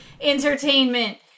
entertainment